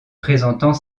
présentant